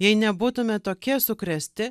jei nebūtume tokie sukrėsti